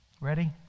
Ready